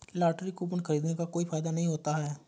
lottery coupon खरीदने का कोई फायदा नहीं होता है